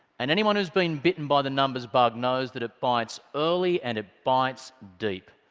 and anyone who's been bitten by the numbers bug knows that it bites early and it bites deep.